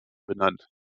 benannt